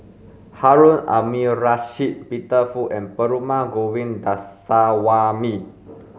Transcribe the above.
Harun Aminurrashid Peter Fu and Perumal Govindaswamy